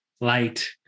light